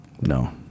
No